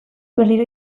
berriro